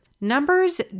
numbers